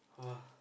!wah!